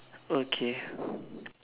okay